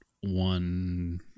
one